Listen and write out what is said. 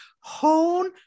Hone